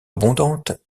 abondante